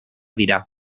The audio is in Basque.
dira